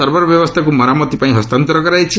server ବ୍ୟବସ୍ଥାକୁ ମରାମତି ପାଇଁ ହସ୍ତାନ୍ତର କରାଯାଇଛି